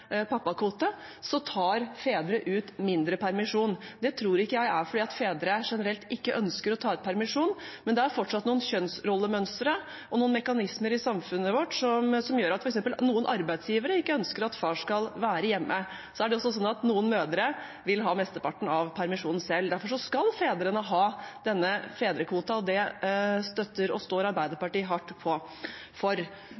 pappakvote tar fedre ut mindre permisjon. Det tror ikke jeg er fordi fedre generelt ikke ønsker å ta ut permisjon, men det er fortsatt noen kjønnsrollemønstre og noen mekanismer i samfunnet vårt som gjør at f.eks. noen arbeidsgivere ikke ønsker at far skal være hjemme. Så er det også sånn at noen mødre vil ha mesteparten av permisjonen selv. Derfor skal fedrene ha denne fedrekvoten, og det støtter og står